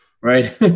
Right